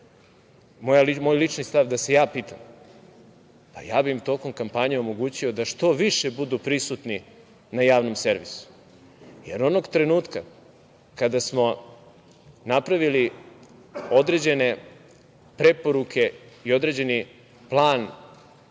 moj lični stav, da se ja pitam, ja bih im tokom kampanje omogućio da što više budu prisutni na Javnom servisu jer onog trenutka kada smo napravili određene preporuke i određeni plan